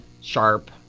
sharp